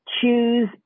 choose